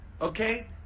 okay